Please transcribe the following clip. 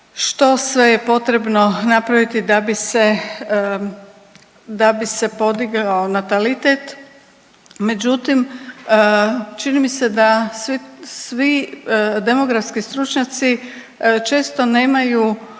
što sve je potrebno napraviti da bi se, da bi se podigao natalitet međutim čini mi se da svi demografski stručnjaci nemaju